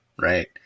right